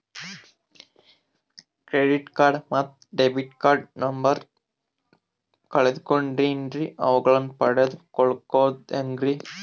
Credit card ಮತ್ತು debit card number ಕಳೆದುಕೊಂಡಿನ್ರಿ ಅವುಗಳನ್ನ ಪಡೆದು ಕೊಳ್ಳೋದು ಹೇಗ್ರಿ?